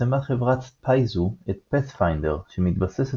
פרסמה חברת Paizo את פאת'פיינדר שמתבססת